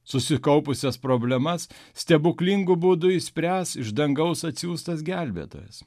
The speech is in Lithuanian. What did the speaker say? susikaupusias problemas stebuklingu būdu išspręs iš dangaus atsiųstas gelbėtojas